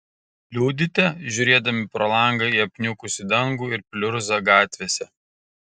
liūdite žiūrėdami pro langą į apniukusį dangų ir pliurzą gatvėse